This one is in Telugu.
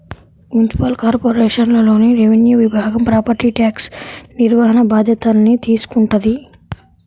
మునిసిపల్ కార్పొరేషన్లోని రెవెన్యూ విభాగం ప్రాపర్టీ ట్యాక్స్ నిర్వహణ బాధ్యతల్ని తీసుకుంటది